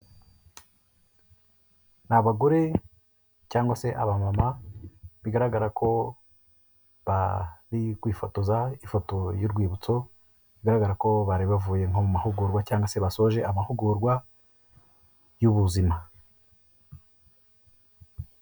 Ni abagore cyangwa se abamama bigaragara ko bari kwifotoza ifoto y'urwibutso, bigaragara ko bari bavuye nko mu mahugurwa cyangwa se basoje amahugurwa y'ubuzima.